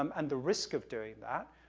um and the risk of doing that,